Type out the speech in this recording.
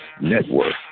Network